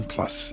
Plus